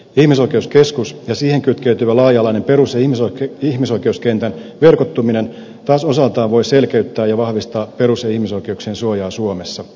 ihmisoikeuskeskus ja siihen kytkeytyvä laaja alainen perus ja ihmisoikeuskentän verkottuminen taas osaltaan voivat selkeyttää ja vahvistaa perus ja ihmisoikeuksien suojaa suomessa